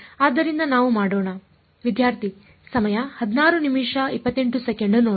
ಆದ್ದರಿಂದ ನಾವು ಮಾಡೋಣ